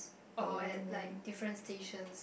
or at like different stations